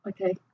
Okay